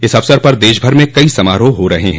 इस अवसर पर देशभर में कई समारोह हो रहे हैं